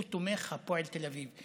הוא תומך בהפועל תל אביב,